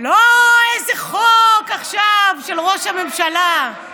לא איזה חוק עכשיו של ראש הממשלה,